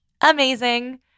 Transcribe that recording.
Amazing